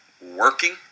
working